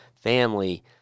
family